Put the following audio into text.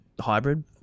hybrid